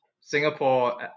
Singapore